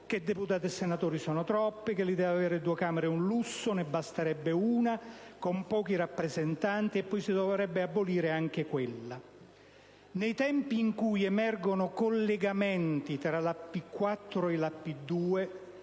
che deputati e senatori sono troppi, che l'idea di avere due Camere è un lusso: ne basterebbe una con pochi rappresentanti e poi si potrebbe abolire anche quella. Nei tempi in cui emergono collegamenti tra la P4 e la P2,